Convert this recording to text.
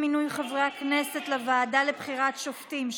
מינוי חברי הכנסת לוועדה לבחירת שופטים),